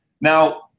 Now